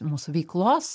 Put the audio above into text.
mūsų veiklos